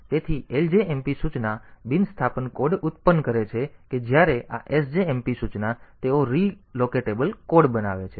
તેથી આ ljmp સૂચના જેથી તેઓ બિન સ્થાપન કોડ ઉત્પન્ન કરે છે કે જ્યારે આ sjmp સૂચના તેઓ રી લોકેટેબલ કોડ બનાવે છે